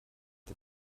der